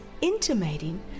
intimating